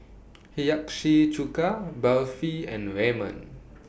Hiyashi Chuka Barfi and Ramen